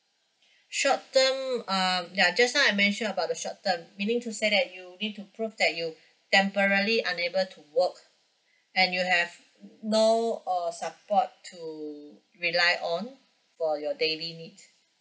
short term uh ya just now I mentioned about the short term meaning to say that you need to prove that you temporary unable to work and you have no or support to rely on for your daily needs